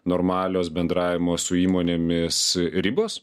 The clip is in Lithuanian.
normalios bendravimo su įmonėmis ribos